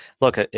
look